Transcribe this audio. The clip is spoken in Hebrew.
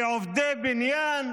כעובדי בניין,